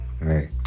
Right